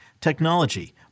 technology